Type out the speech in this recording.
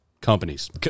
companies